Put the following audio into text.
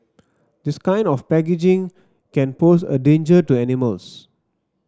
this kind of packaging can pose a danger to animals